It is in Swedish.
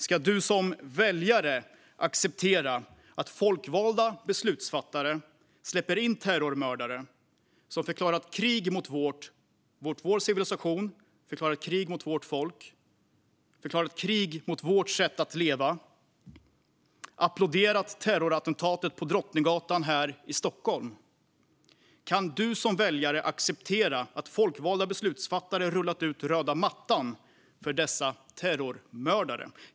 Ska du som väljare acceptera att folkvalda beslutsfattare släpper in terrormördare som förklarat krig mot vår civilisation, förklarat krig mot vårt folk, förklarat krig mot vårt sätt att leva och applåderat terrorattentatet på Drottninggatan här i Stockholm? Kan du som väljare acceptera att folkvalda beslutsfattare rullat ut röda mattan för dessa terrormördare?